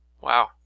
wow